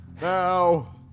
Now